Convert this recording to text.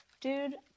Dude